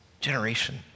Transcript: generation